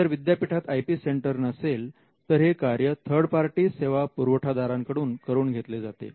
जर विद्यापीठात I P centre नसेल तर हे कार्य थर्ड पार्टी सेवा पुरवठादारांकडून करून घेतले जाते